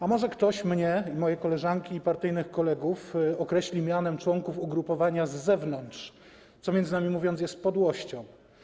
A może ktoś mnie i moje koleżanki i partyjnych kolegów określi mianem członków ugrupowania z zewnątrz, co, między nami mówiąc, jest podłością.